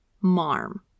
marm